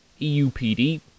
EUPD